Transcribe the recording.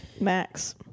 Max